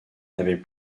n’avait